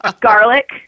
garlic